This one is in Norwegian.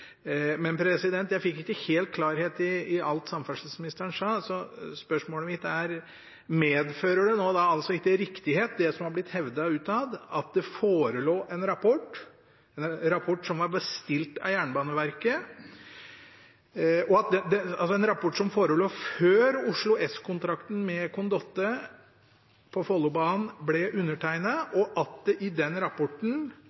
Jeg fikk ikke helt klarhet i alt samferdselsministeren sa, så spørsmålet mitt er: Medfører det ikke riktighet, det som har blir hevdet utad, at det forelå en rapport – som var bestilt av Jernbaneverket – før Oslo S-kontrakten med Condotte om Follobanen ble undertegnet, og at det